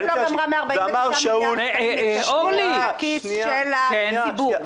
קרנית פלוג אמרה 149 מיליארד שקלים תשלום כיס של הציבור.